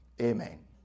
Amen